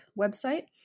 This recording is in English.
website